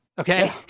Okay